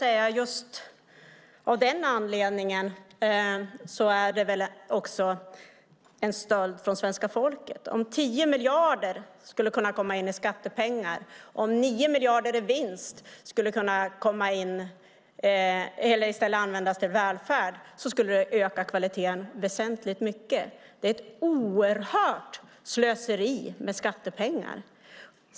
Just av den anledningen är det väl också en stöld från svenska folket. Om 10 miljarder kom in i skattepengar och om 9 miljarder i vinst i stället användes till välfärden skulle kvaliteten därmed väsentligt öka. Det är nu ett oerhört slöseri med skattepengar.